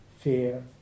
fear